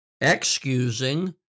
excusing